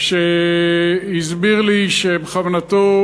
והסביר לי את כוונתו,